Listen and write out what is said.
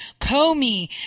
Comey